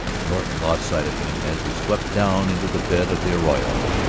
norton lost sight of him as he swept down into the bed of the arroyo,